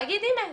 להגיד הנה,